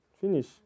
finish